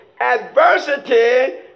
adversity